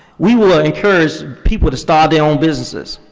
we will encourage people to start their own businesses,